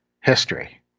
history